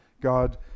God